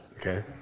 Okay